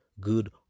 good